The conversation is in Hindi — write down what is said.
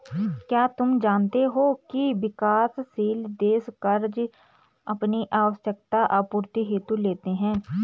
क्या तुम जानते हो की विकासशील देश कर्ज़ अपनी आवश्यकता आपूर्ति हेतु लेते हैं?